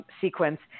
sequence